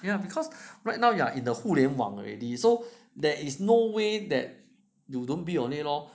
yeah because right now you are in the 互联网 already so there is no way that you don't build on it lor